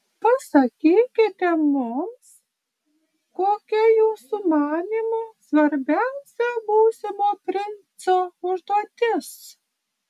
pasakykite mums kokia jūsų manymu svarbiausia būsimo princo užduotis